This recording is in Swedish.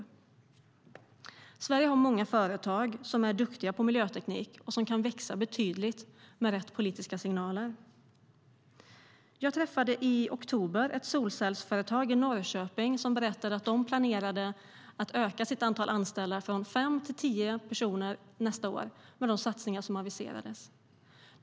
Sverige har många företag som är duktiga på miljöteknik och som kan växa betydligt med rätt politiska signaler. Jag träffade i oktober representanter för ett solcellsföretag i Norrköping som berättade att de planerade att öka sitt antal anställda från fem till tio personer nästa år med de satsningar som aviserades.